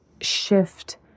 shift